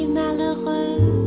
malheureux